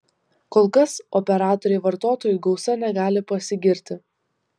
kol kas operatoriai vartotojų gausa negali pasigirti